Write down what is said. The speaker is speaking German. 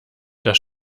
das